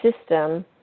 system